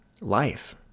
life